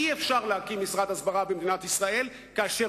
אי-אפשר להקים משרד הסברה במדינת ישראל כאשר